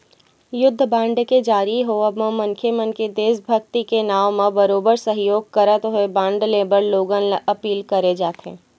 युद्ध बांड के जारी के होवब म मनखे मन ले देसभक्ति के नांव म बरोबर सहयोग करत होय बांड लेय बर लोगन ल अपील करे जाथे